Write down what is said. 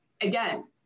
again